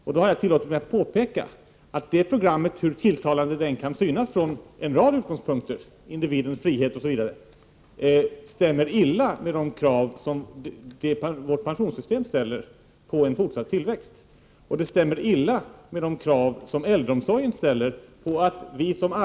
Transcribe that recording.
Jag har tillåtit mig att påpeka att det programmet — hur tilltalande det än kan synas från en rad utgångspunkter, individens frihet osv. — stämmer illa med de krav som vårt pensionssystem ställer på en fortsatt tillväxt. Det stämmer även illa med de krav som äldreomsorgen ställer på att vi som arbetar skall Prot.